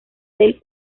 del